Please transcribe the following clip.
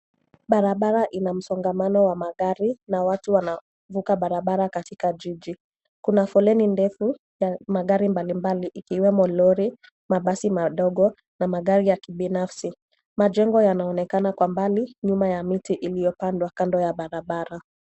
Barabara ina msongamano wa magari na watu wanavuka barabara katika jiji. Kuna foleni ndefu ya magari mbali mbali, ikiwemo lori, mabasi madogo na magari kibinafsi. Majengo yanaonekana kwa mbali nyuma ya miti iliyopandwa kando ya barabara.